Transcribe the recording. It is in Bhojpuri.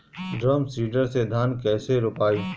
ड्रम सीडर से धान कैसे रोपाई?